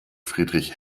friedrich